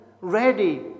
Ready